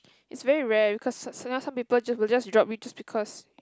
it's very rare because some sometimes people just will just drop you just because